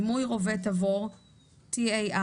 דמוי רובה תבור TAR-23,